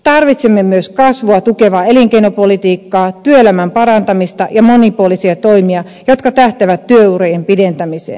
tarvitsemme myös kasvua tukevaa elinkeinopolitiikkaa työelämän parantamista ja monipuolisia toimia jotka tähtäävät työurien pidentämiseen